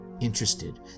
interested